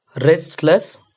restless